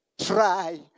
Try